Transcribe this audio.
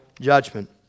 judgment